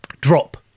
drop